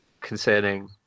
concerning